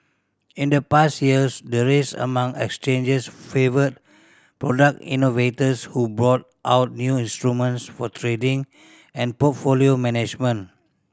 in the past years the race among exchanges favoured product innovators who brought out new instruments for trading and portfolio management